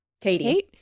Katie